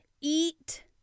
eat